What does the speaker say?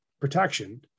protection